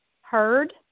heard